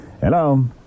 Hello